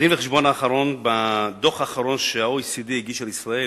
בדוח האחרון שה-OECD הגיש על ישראל,